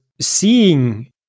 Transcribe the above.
seeing